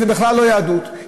שזה בכלל לא יהדות,